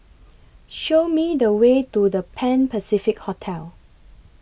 Show Me The Way to The Pan Pacific Hotel